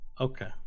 Okay